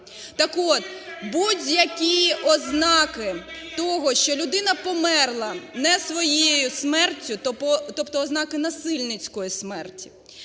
Так от, будь-які ознаки того, що людина померла не своєю смертю, тобто ознаки насильницької смерті,